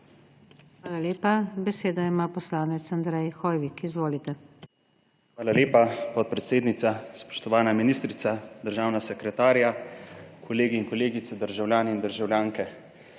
Hvala lepa, besedo ima poslanec Andrej Hoivik. Izvolite. **ANDREJ HOIVIK (PS SDS):** Hvala lepa, podpredsednica. Spoštovana ministrica, državna sekretarja, kolegi in kolegice, državljani in državljanke!